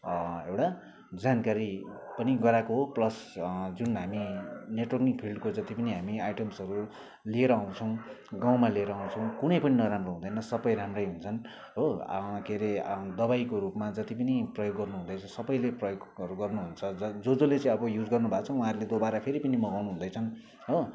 एउटा जानकारी पनि गराएको हो प्लस जुन हामी नेटवर्किङ फिल्डको जति पनि हामी आइटम्सहरू लिएर आउँछौँ गाउँमा लिएर आउँछौँ कुनै पनि नराम्रो हुँदैन सबै राम्रै हुन्छन् हो के अरे दवाईको रूपमा जति पनि प्रयोग गर्नुहुँदैछ सबैले प्रयोगहरू गर्नुहुन्छ जस जसले चाहिँ अब युज गर्नु भएको छ उहाँहरूले दोबारा फेरि पनि मगाउनु हुदैछन् हो